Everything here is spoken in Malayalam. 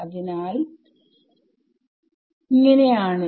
അതിനാൽ ആണ്